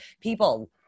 people